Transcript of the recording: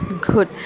good